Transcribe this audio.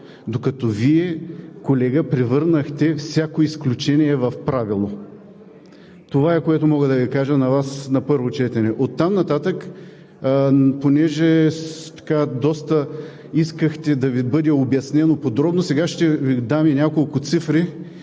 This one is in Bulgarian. докато Вие, колега, превърнахте всяко изключение в правило. Това е, което мога да кажа на Вас, на първо четене. Оттам нататък понеже доста искахте да Ви бъде обяснено подробно, сега ще Ви дам и няколко цифри,